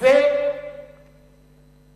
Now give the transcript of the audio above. ומסיימים במתנחלים בגליל.